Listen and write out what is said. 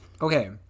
Okay